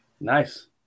nice